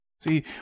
See